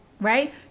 right